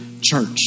church